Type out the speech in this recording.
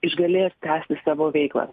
išgalės tęsti savo veiklą